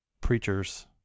preachers